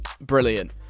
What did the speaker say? Brilliant